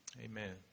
Amen